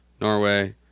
Norway